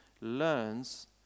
learns